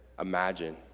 imagine